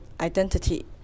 identity